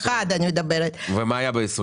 אני מדברת על 21'. ומה היה ב-20'?